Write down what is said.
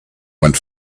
went